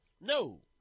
No